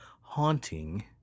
Haunting